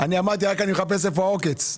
רק אני מחפש איפה העוקץ.